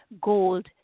gold